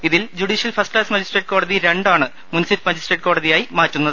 ഇതിൽ judicial first class magistrate കോടതി രണ്ട് ആണ് മുൻസിഫ് മജിസ്ട്രേറ്റ് കോടതിയായി മാറ്റുന്നത്